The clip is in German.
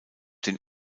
den